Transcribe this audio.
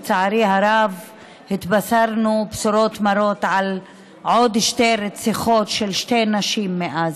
לצערי הרב התבשרנו בשורות מרות על עוד שתי רציחות של שתי נשים מאז.